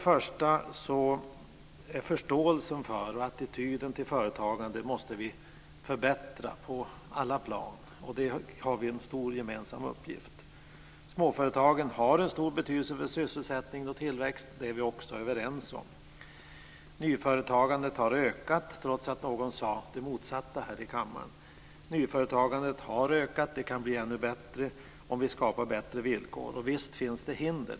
Förståelsen för och attityden till företagande måste vi förbättra på alla plan. Där har vi en stor gemensam uppgift. Småföretagen har en stor betydelse för sysselsättning och tillväxt. Det är vi också överens om. Nyföretagandet har ökat, även om någon sade det motsatta här i kammaren. Nyföretagandet har ökat. Det kan bli ännu bättre om vi skapar bättre villkor. Visst finns det hinder.